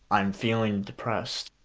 i'm feeling depressed.